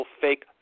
fake